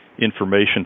information